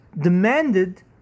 demanded